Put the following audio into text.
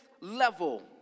level